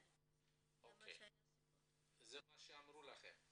זה מה שאמרו לכם?